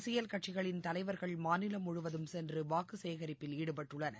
அரசியல்கட்சிகளின் தலைவர்கள் மாநிலம் முழுவதும் சென்று வாக்கு சேகிப்பில் ஈடுபட்டுள்ளார்கள்